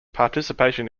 participation